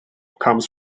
comes